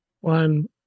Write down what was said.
One